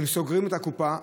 הן סוגרות את הקופה,